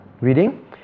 Reading